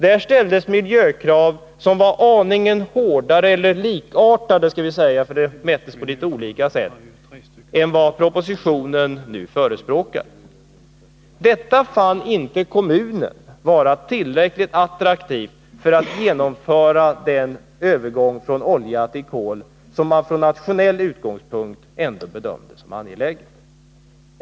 Där ställdes miljökrav som var aningen hårdare än vad som nu förespråkas i propositionen, eller likartade — man mätte på olika sätt. I kommunen fann man inte detta vara tillräckligt attraktivt för att genomföra den övergång från olja till kol som från nationell utgångspunkt bedömdes angelägen.